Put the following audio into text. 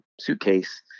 suitcase